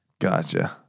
Gotcha